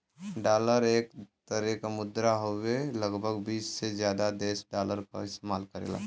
dollar एक तरे क मुद्रा हउवे लगभग बीस से जादा देश डॉलर क इस्तेमाल करेलन